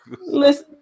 Listen